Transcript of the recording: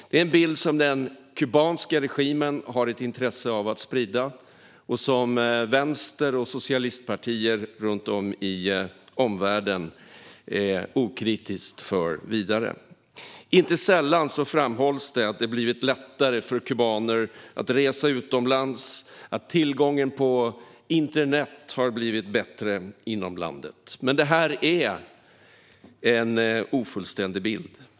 Det är en bild som den kubanska regimen har ett intresse av att sprida och som vänster och socialistpartier runt om i omvärlden okritiskt för vidare. Inte sällan framhålls det att det blivit lättare för kubaner att resa utomlands och att tillgången till internet har blivit bättre inom landet. Men det är en ofullständig bild.